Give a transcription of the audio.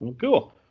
cool